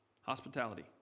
Hospitality